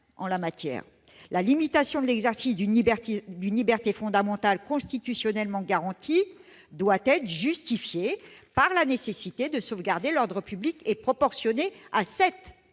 en la matière : la limitation de l'exercice d'une liberté fondamentale constitutionnellement garantie doit être « justifiée par la nécessité de sauvegarder l'ordre public » et « proportionnée à cet